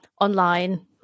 online